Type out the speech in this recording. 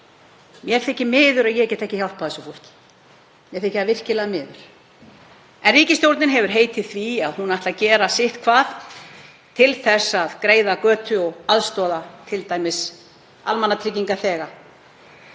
Mér þykir miður að ég get ekki hjálpað þessu fólki, mér þykir það virkilega miður. En ríkisstjórnin hefur heitið því að hún ætli að gera sitthvað til þess að greiða götu og aðstoða t.d. almannatryggingaþega.